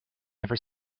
never